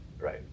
Right